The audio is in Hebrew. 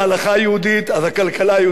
אז הכלכלה היהודית תפרח,